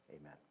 Amen